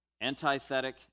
antithetic